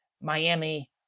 Miami